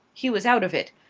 he was out of it.